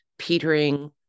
Petering